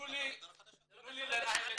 זו החלטה של הדרך החדשה.